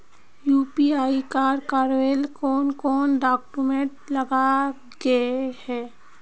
UPI कर करावेल कौन कौन डॉक्यूमेंट लगे है?